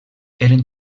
eren